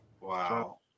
Wow